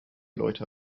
leute